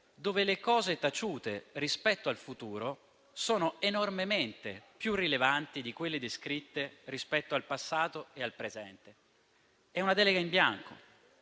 dove le cose taciute rispetto al futuro sono enormemente più rilevanti di quelle descritte rispetto al passato e al presente: è una delega in bianco.